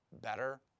better